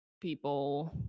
people